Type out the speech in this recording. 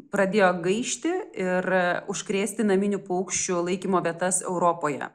pradėjo gaišti ir užkrėsti naminių paukščių laikymo vietas europoje